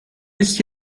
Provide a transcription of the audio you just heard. ist